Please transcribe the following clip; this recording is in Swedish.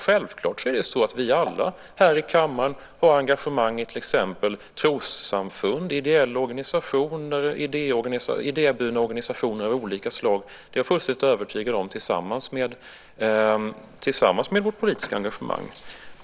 Självklart har vi alla här i kammaren engagemang i till exempel trossamfund, ideella organisationer, idéburna organisationer av olika slag - det är jag fullständigt övertygad om - tillsammans med vårt politiska engagemang.